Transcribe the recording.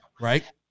right